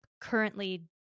currently